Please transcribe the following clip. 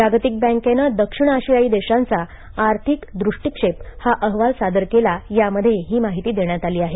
जागतिक बँकेनं दक्षिण आशियाई देशांचा आर्थिक दृष्टीक्षेप हा अहवाल सादर केला यामध्ये ही माहिती देण्यात आली आहे